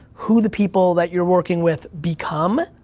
who the people that you're working with become,